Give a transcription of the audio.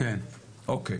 אוקיי.